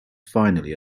finally